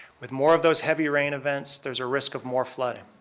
with more of those heavy rain events, there's a risk of more flooding.